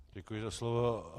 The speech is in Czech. Děkuji za slovo.